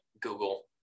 Google